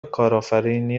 کارآفرینی